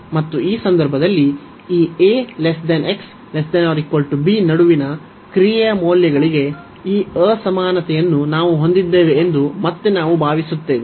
ಮತ್ತು ಈ ಸಂದರ್ಭದಲ್ಲಿ ಈ ನಡುವಿನ ಕ್ರಿಯೆಯ ಮೌಲ್ಯಗಳಿಗೆ ಈ ಅಸಮಾನತೆಯನ್ನು ನಾವು ಹೊಂದಿದ್ದೇವೆ ಎಂದು ಮತ್ತೆ ನಾವು ಭಾವಿಸುತ್ತೇವೆ